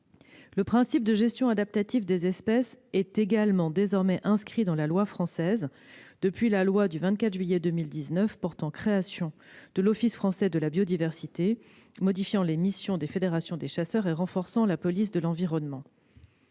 Le principe de gestion adaptative des espèces est inscrit dans la législation française depuis la loi du 24 juillet 2019 portant création de l'Office français de la biodiversité, modifiant les missions des fédérations des chasseurs et renforçant la police de l'environnement.